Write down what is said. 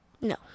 no